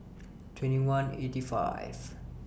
twenty one fifty eight